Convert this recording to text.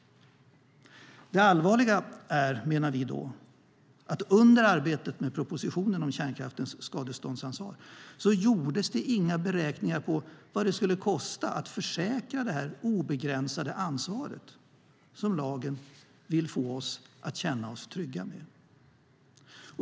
Det allvarliga är att under arbetet med propositionen om kärnkraftens skadeståndsansvar gjordes inga beräkningar på vad det skulle kosta att försäkra det obegränsade ansvaret som lagen vill få oss att känna oss trygga med.